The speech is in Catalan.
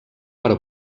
per